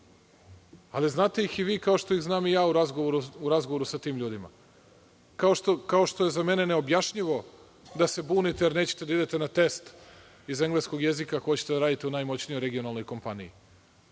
Znate ih i vi kao što ih znam i ja, u razgovoru sa tim ljudima. Za mene je neobjašnjivo da se bunite, jer nećete da idete na test iz engleskog jezika, a hoćete da radite u najmoćnijoj regionalnoj kompaniji,